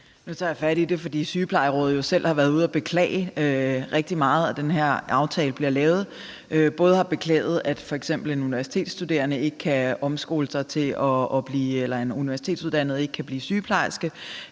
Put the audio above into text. Nu tager jeg fat i det, fordi Dansk Sygeplejeråd jo selv har været ude og beklage rigtig meget, at den her aftale bliver lavet. De har både beklaget, at f.eks. en universitetsuddannet ikke kan omskole sig til at blive sygeplejerske, og også at sygeplejersker